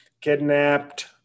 kidnapped